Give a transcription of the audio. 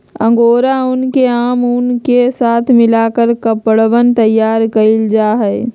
angora ऊन के आम ऊन के साथ मिलकर कपड़वन तैयार कइल जाहई